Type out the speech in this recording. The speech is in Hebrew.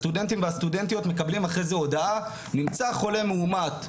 הסטודנטים והסטודנטיות מקבלים אחרי זה הודעה: נמצא חולה מאומת בכיתה,